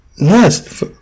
Yes